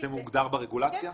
זה מוגדר ברגולציה?